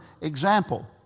example